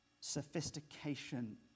sophistication